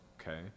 Okay